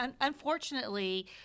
unfortunately